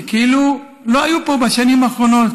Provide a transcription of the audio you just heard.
שכאילו לא היו פה בשנים האחרונות,